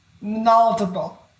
knowledgeable